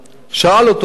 שאל אותו: